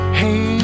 hey